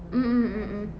mm mm mm mm